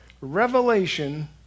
revelation